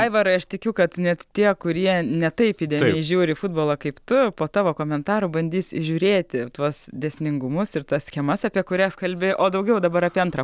aivarai aš tikiu kad net tie kurie ne taip įdėmiai žiūri futbolą kaip tu po tavo komentaro bandys žiūrėti tuos dėsningumus ir tas schemas apie kurias kalbi o daugiau dabar apie antrą